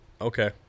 okay